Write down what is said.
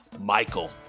Michael